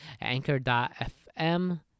anchor.fm